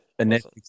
Netflix